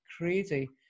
crazy